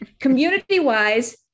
Community-wise